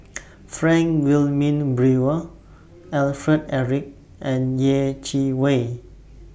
Frank Wilmin Brewer Alfred Eric and Yeh Chi Wei